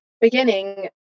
beginning